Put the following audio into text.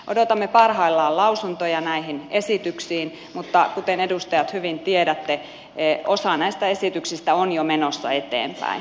odotamme parhaillaan lausuntoja näihin esityksiin mutta kuten edustajat hyvin tiedätte osa näistä esityksistä on jo menossa eteenpäin